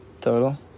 total